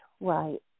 right